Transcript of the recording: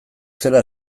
zela